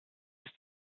ist